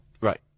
Right